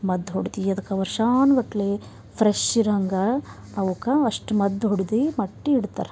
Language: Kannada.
ಮದ್ದು ಹೊಡ್ದು ಅದಕ್ಕೆ ವರ್ಷಾನುಗಟ್ಲೇ ಫ್ರೆಶ್ ಇರೋ ಹಂಗೆ ಅವಕ್ಕೆ ಅಷ್ಟು ಮದ್ದು ಹೊಡ್ದು ಮಟ್ಟಿ ಇಡ್ತಾರೆ